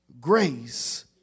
grace